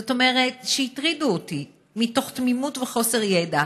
זאת אומרת הטרידו אותי מתוך תמימות וחוסר ידע.